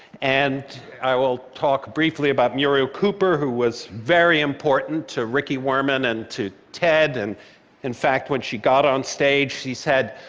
and i will talk briefly about muriel cooper, who was very important to ricky wurman and to ted, and in fact, when she got onstage, she said,